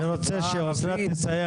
עלי, אני רוצה שהיא תסיים.